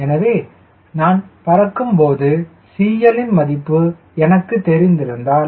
எனவே நான் பறக்கப் போகும் CL இன் மதிப்பு எனக்கு தெரிந்திருந்தால்